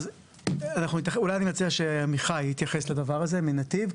אז, אולי אני מציע שעמיחי יתייחס לדבר הזה, נתיב.